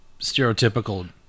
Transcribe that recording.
stereotypical